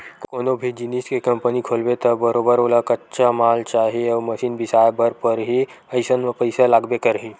कोनो भी जिनिस के कंपनी खोलबे त बरोबर ओला कच्चा माल चाही अउ मसीन बिसाए बर परही अइसन म पइसा लागबे करही